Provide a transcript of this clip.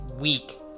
week